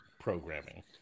programming